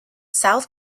south